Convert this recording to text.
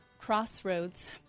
Crossroads